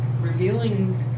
revealing